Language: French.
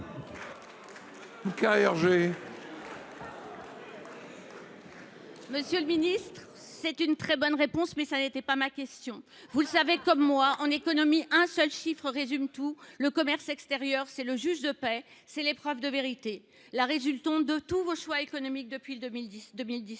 Monsieur le ministre, c’est une très bonne réponse, mais ce n’était pas ma question ! Vous le savez comme moi, en économie, un seul chiffre résume tout. En effet, le commerce extérieur est le juge de paix, l’épreuve de vérité. Vos choix économiques depuis 2017